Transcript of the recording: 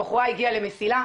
הבחורה הגיעה ל"מסילה",